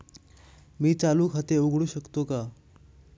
मी चालू खाते उघडू शकतो का?